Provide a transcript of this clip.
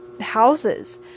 houses